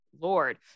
Lord